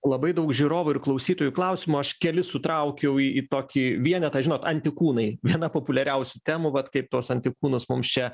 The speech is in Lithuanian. labai daug žiūrovų ir klausytojų klausimų aš kelis sutraukiau į į tokį vienetą žinot antikūnai viena populiariausių temų vat kaip tuos antikūnus mums čia